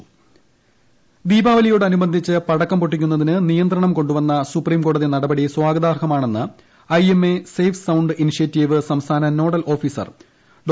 പടക്ക നിരോധനം ഇൻട്രോ ദീപാവലിയോട് അനുബന്ധിച്ച് പടക്കം പൊട്ടിക്കുന്നതിന് നിയന്ത്രണം കൊണ്ടുവന്ന സുപ്രീംകോടതി നടപടി സ്വാഗതാർഹമാണെന്ന് I M A safe sound initiative സംസ്ഥാന നോഡൽ ഓഫീസർ ഡോ